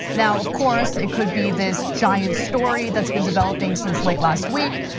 now, of course, it could be this giant story that's been developing since late last week,